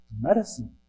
medicine